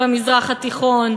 במזרח התיכון.